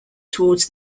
towards